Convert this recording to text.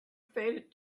faded